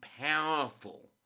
powerful